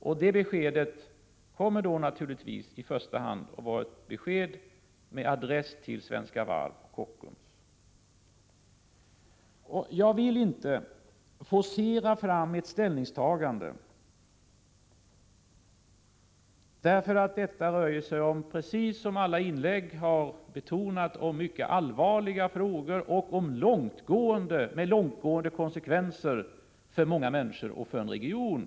Detta besked kommer naturligtvis i första hand att vara ett besked med adress till Svenska Varv och Kockums. Jag vill inte forcera fram ett ställningstagande, därför att detta rör sig om, precis som har betonats i alla inlägg, mycket allvarliga frågor med långtgående konsekvenser för många människor och för en region.